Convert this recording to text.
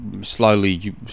slowly